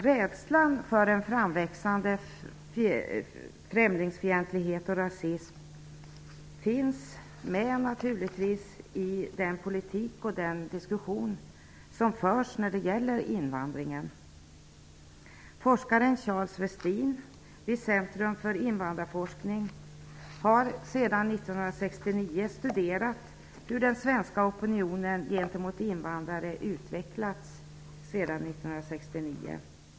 Rädslan för en framväxande främlingsfientlighet och rasism finns naturligtvis med i den politik och i den diskussion som förs när det gäller invandringen. Forskaren Charles Westin vid Centrum för invandrarforskning har sedan 1969 studerat hur den svenska opinionen gentemot invandrare utvecklats sedan 1969.